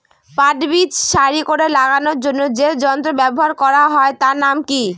পাট বীজ সারি করে লাগানোর জন্য যে যন্ত্র ব্যবহার হয় তার নাম কি?